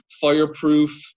fireproof